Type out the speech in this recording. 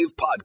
podcast